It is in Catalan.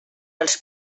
els